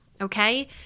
okay